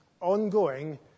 ongoing